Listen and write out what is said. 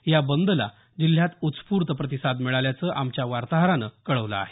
या बंदला जिल्ह्यात उस्फूर्त प्रतिसाद मिळाल्याचं आमच्या वार्ताहरानं कळवलं आहे